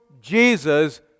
Jesus